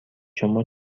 شما